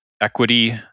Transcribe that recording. equity